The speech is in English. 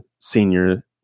senior